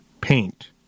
paint